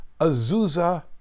Azusa